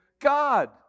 God